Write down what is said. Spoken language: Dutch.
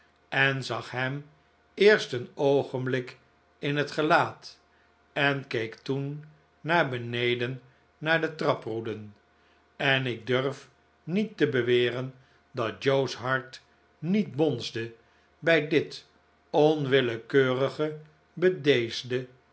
en zag hem eerst een oogenblik in het gelaat en keek toen naar beneden naar de traproeden en ik durf niet te beweren dat joe's hart niet bonsde bij dit onwillekeurige bedeesde